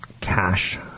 cash